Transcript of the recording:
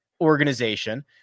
organization